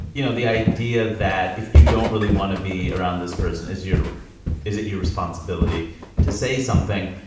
you know, the idea that if you don't really want to be around this person, is your is it your responsibility to say something?